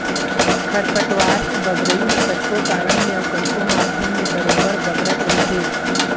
खरपतवार के बगरई ह कतको कारन ले अउ कतको माध्यम ले बरोबर बगरत रहिथे